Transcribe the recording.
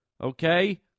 okay